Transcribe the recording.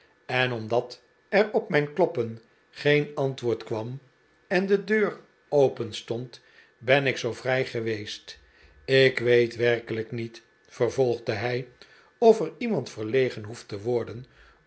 en omdat er op mijn kloppen geen antwoord kwam en de deur openstond ben ik zoo vrij geweest ik weet werkelijk niet vervolgde hij of er iemand verlegen hoeft te worden